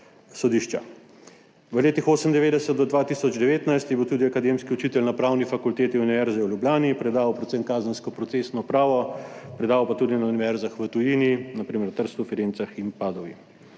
V letih od 1998 do 2019 je bil tudi akademski učitelj na Pravni fakulteti Univerze v Ljubljani, predaval je predvsem kazensko procesno pravo. Predaval pa je tudi na univerzah v tujini, na primer v Trstu, Firencah in Padovi.